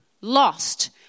lost